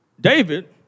David